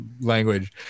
language